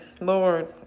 Lord